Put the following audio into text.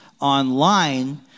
online